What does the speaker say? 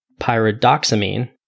pyridoxamine